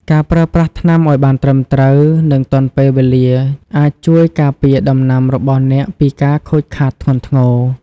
ការប្រើប្រាស់ថ្នាំឱ្យបានត្រឹមត្រូវ និងទាន់ពេលវេលាអាចជួយការពារដំណាំរបស់អ្នកពីការខូចខាតធ្ងន់ធ្ងរ។